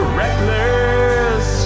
reckless